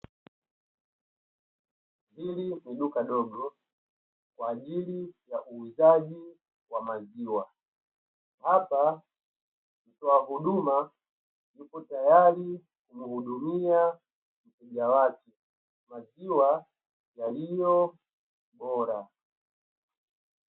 Hili ni duka dogo kwa ajili ya uuzaji wa maziwa, hapa mtoa huduma yupo tayari kumhudumia mteja wake maziwa yaliyo bora.